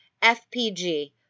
FPG